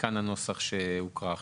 מכאן הנוסח שהוקרא עכשיו.